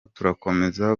turakomeza